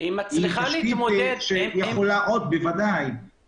היא תשתית שיכולה להתמודד עם העלייה.